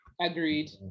agreed